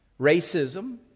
racism